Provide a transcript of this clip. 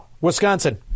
Wisconsin